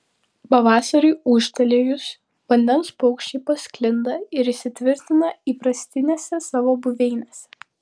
pavasariui ūžtelėjus vandens paukščiai pasklinda ir įsitvirtina įprastinėse savo buveinėse